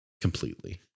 completely